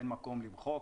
אין מקום למחוק.